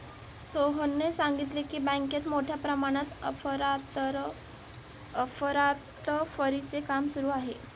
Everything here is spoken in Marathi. सोहनने सांगितले की, बँकेत मोठ्या प्रमाणात अफरातफरीचे काम सुरू आहे